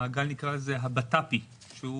נקרא לזה המעגל ה"בט"פי" ביטחון פנימי.